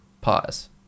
Pause